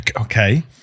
okay